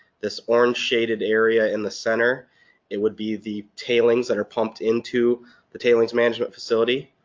this orange shaded area in the center it would be the tailings that are pumped into the tailings management facility.